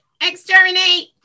Exterminate